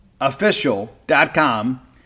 official.com